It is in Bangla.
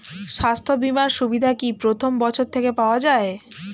স্বাস্থ্য বীমার সুবিধা কি প্রথম বছর থেকে পাওয়া যায়?